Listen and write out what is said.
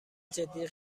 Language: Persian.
جدی